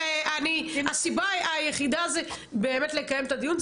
הסיבה היחידה באמת לקיים את הדיון,